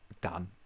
done